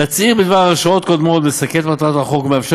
תצהיר בדבר הרשעות קודמות מסכל את מטרת החוק ומאפשר